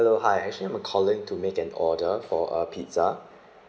hello hi actually I'm calling to make an order for a pizza